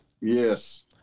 Yes